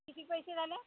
किती पैसे झाले